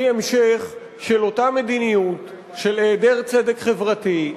המשך של אותה מדיניות של היעדר צדק חברתי,